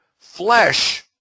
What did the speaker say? flesh